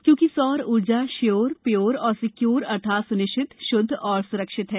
क्योंकि सौर ऊर्जा श्योर प्योर और सिक्योर अर्थात सुनिश्चित शुद्ध और सुरक्षित हैं